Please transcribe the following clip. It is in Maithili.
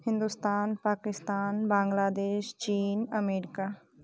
हिन्दुस्तान पाकिस्तान बांग्लादेश चीन अमेरिका